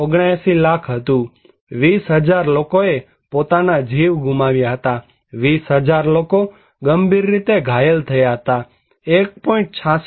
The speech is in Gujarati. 79 લાખ હતું 20000 લોકોએ પોતાના જીવ ગુમાવ્યા 20000 લોકો ગંભીર રીતે ઘાયલ થયેલા 1